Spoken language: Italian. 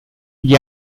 gli